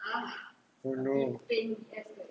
oh no